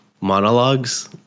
monologues